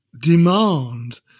demand